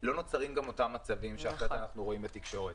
לא נוצרים אותם מצבים שאחר כך אנחנו רואים בתקשורת.